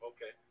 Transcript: Okay